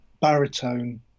baritone